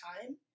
time